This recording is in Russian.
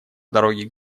дороге